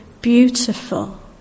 beautiful